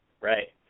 Right